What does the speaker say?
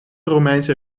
romeinse